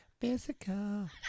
physical